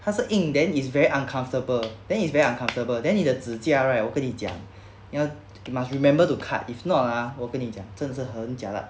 它是硬 then is very uncomfortable then it's very uncomfortable then 你的指甲 right 我跟你讲你要 you must remember to cut if not ah 我跟你讲真的是很 jialat